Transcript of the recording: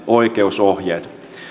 oikeusohjeet